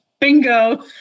Bingo